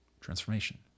Transformation